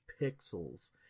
pixels